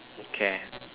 okay